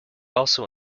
also